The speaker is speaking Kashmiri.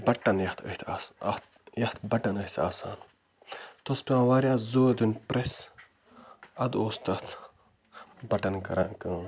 بَٹَن یَتھ أتھۍ اس یَتھ بَٹَن ٲسۍ آسان اَتھ اوس پٮ۪وان واریاہ زورٕ دیُن پرٮ۪س ادٕ اوس تتھ بَٹَن کران کٲم